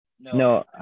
No